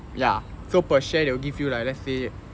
ya so per share they will give like let's say